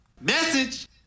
Message